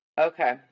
Okay